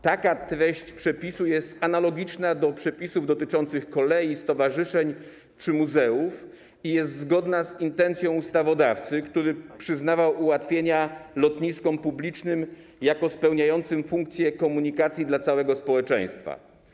Taka treść przepisu jest analogiczna do przepisów dotyczących kolei, stowarzyszeń czy muzeów i jest zgodna z intencją ustawodawcy, który przyznawał ułatwienia lotniskom publicznym jako spełniającym funkcje komunikacyjne dla całego społeczeństwa.